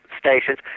stations